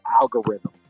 algorithm